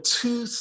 two